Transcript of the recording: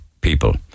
people